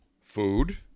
Food